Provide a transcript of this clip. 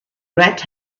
red